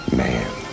man